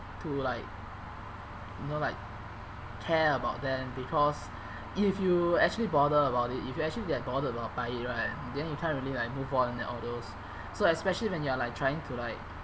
to like you know like care about them because if you actually bother about it if you actually get bothered about by it right then you can't really like move on and all those so especially when you are like trying to like